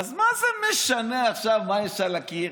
אז מה זה משנה עכשיו מה יש על הקיר?